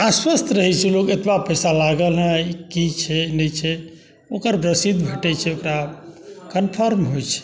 आश्वस्त रहै छै लोक एतबा पइसा लागल हँ कि छै नहि छै ओकर रसीद भेटै छै ओकरा कन्फर्म होइ छै